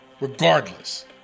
regardless